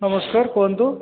ନମସ୍କାର କୁହନ୍ତୁ